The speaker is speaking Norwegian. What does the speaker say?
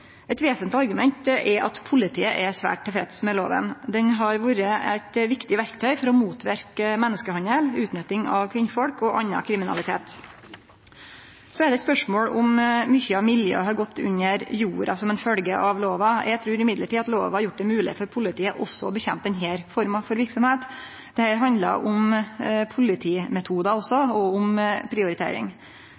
Eit vesentleg argument er at politiet er svært tilfreds med lova. Ho har vore eit viktig verktøy for å motverke menneskehandel, utnytting av kvinner og annan kriminalitet. Så er det eit spørsmål om mykje av miljøet har gått under jorda som følgje av lova. Men eg trur at lova har gjort det mogleg for politiet også å kjempe mot denne forma for verksemd. Dette handlar om politimetodar også, og